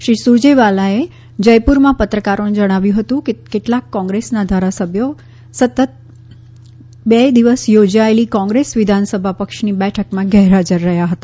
શ્રી સુરજેવાલાએ જયપુરમાં પત્રકારોને જણાવ્યુ કે કેટલાક કોંગ્રેસના ધારાસભ્યો આજે સતત બીજા દિવસે યોજાયેલી કોંગ્રેસ વિધાનસભા પક્ષની બેઠકમાં ગેરહાજર રહ્યા હતા